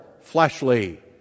fleshly